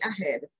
ahead